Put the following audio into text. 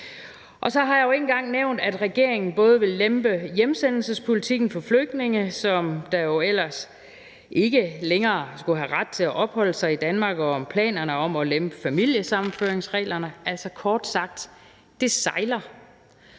jeg jo ikke engang nævnt, at regeringen vil lempe hjemsendelsespolitikken for flygtninge, som jo ellers ikke længere skulle have ret til at opholde sig i Danmark, og jeg har heller ikke nævnt deres planer om at lempe familiesammenføringsreglerne. Altså kort sagt: Det sejler.